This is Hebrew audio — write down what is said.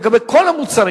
לגבי כל המוצרים.